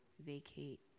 vacate